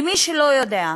למי שלא יודע,